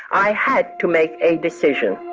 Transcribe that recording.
i had to make a decision